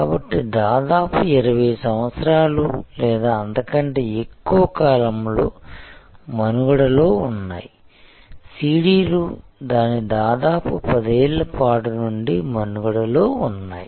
కాబట్టి దాదాపు 20 సంవత్సరాలు లేదా అంతకంటే ఎక్కువ కాలంగా మనుగడలో ఉన్నాయి సిడిలు దాని దాదాపు పదేళ్లపాటు నుండి మనుగడలో ఉన్నాయి